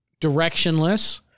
Directionless